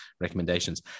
recommendations